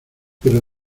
pero